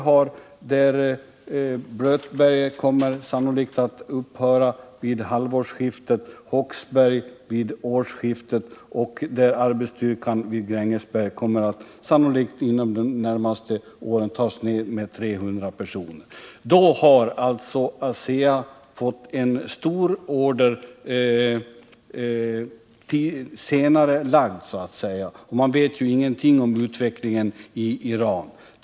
Gruvdriften i Blötberget kommer sannolikt att upphöra vid halvårsskiftet och i Håksberg vid årsskiftet. Arbetsstyrkan i Grängesberg kommer under de närmaste åren sannolikt att minskas med 300 personer. ASEA har fått en stor order till Iran senarelagd, och man vet ju ingenting om utvecklingen i detta land.